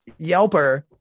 Yelper